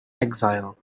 exile